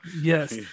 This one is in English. yes